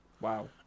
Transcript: Wow